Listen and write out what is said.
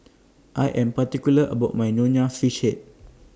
I Am particular about My Nonya Fish Head